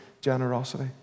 generosity